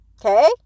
Okay